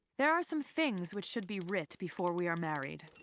there are some things which should be writ before we are married.